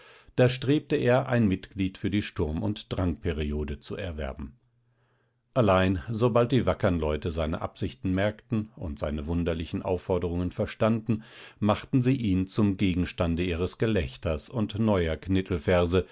da strebte er ein mitglied für die sturm und drangperiode zu erwerben allein sobald die wackeren leute seine absichten merkten und seine wunderlichen aufforderungen verstanden machten sie ihn zum gegenstande ihres gelächters und neuer